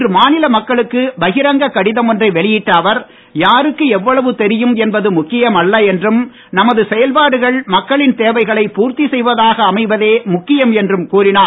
இன்று மாநில மக்களுக்கு பகிரங்க கடிதம் ஒன்றை வெளியிட்ட அவர் யாருக்கு எவ்வளவு தெரியும் என்பது முக்கியம் அல்ல என்றும் நமது செயல்பாடுகள் மக்களின் தேவைகளை பூர்த்தி செய்வதாக அமைவதே முக்கியம் என்றும் கூறினார்